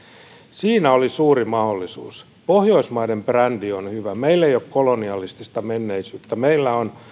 siinä oli suuri mahdollisuus pohjoismaiden brändi on hyvä meillä ei ole kolonialistista menneisyyttä meillä on